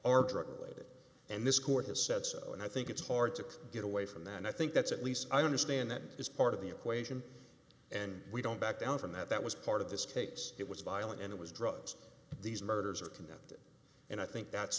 are drug related and this court has said so and i think it's hard to get away from that and i think that's at least i understand that is part of the equation and we don't back down from that that was part of this case it was violent and it was drugs these murders are committed and i think that's